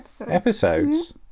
episodes